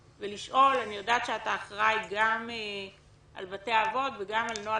ולשאול: אני יודעת שאתה אחראי גם על בתי האבות וגם על נוהל